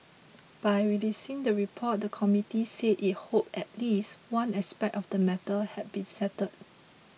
by releasing the report the committee said it hoped at least one aspect of the matter had been settled